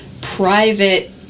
private